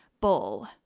bull